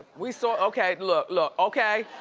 we saw, okay, look, look, okay,